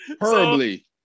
Horribly